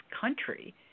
country